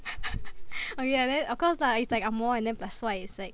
oh ya and then like of course lah it's like ang mo and then plus 帅 is like